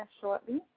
shortly